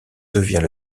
devient